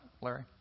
Larry